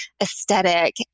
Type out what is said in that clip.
aesthetic